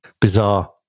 bizarre